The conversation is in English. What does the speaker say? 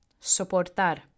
Soportar